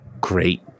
Great